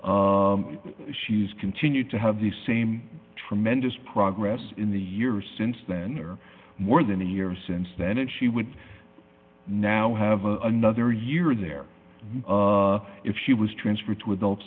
facility she's continued to have the same tremendous progress in the years since then or more than a year since then and she would now have another year there if she was transferred to adult